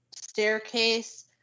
staircase